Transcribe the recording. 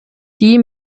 die